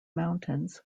mountains